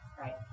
Right